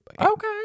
Okay